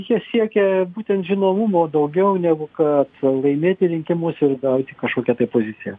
jie siekia būtent žinomumo daugiau negu kad laimėti rinkimus ir gauti kažkokią tai poziciją